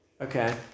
okay